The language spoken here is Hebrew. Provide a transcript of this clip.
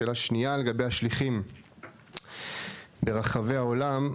שאלה שנייה, לגבי השליחים ברחבי העולם.